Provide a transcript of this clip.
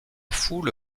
foule